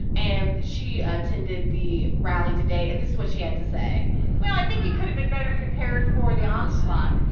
and she attended the rally today, and this was she had to say well, i think he could have been better prepared for the onslaught.